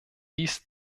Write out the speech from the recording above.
dies